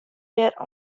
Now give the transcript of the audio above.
wer